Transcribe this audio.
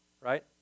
right